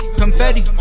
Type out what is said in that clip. confetti